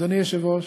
אדוני היושב-ראש,